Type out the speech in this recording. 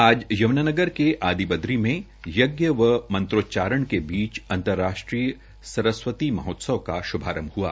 आज यमुनानगर के आदिबद्री में यज्ञ व मंत्रोच्चारण के बीच अंतर्राष्ट्रीय सरस्वती महोत्सव का शुभारंभ हआ